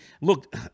look